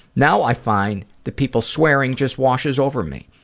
now i find that people swearing just washes over me.